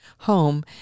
home